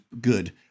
good